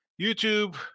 YouTube